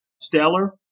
stellar